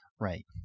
Right